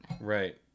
Right